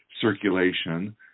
circulation